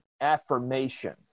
affirmation